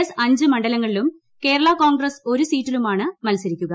S അഞ്ച് മണ്ഡലങ്ങളിലും കേരള കോൺഗ്രസ് ഒരു സീറ്റിലുമാണ് മത്സരിക്കുക